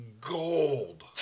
Gold